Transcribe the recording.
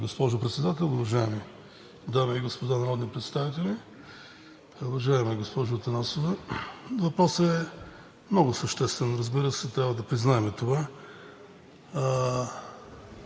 госпожо Председател, уважаеми дами и господа народни представители! Уважаема госпожо Атанасова, въпросът е много съществен, разбира се, трябва да признаем това.